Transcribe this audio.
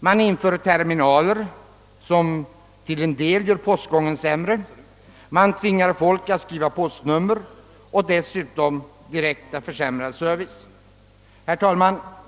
Man inför terminaler som till en del gör postgången sämre, man tvingar folk att skriva postnummer och försämrar dessutom många gånger den direkta servicen. Herr talman!